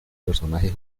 personaje